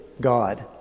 God